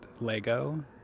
Lego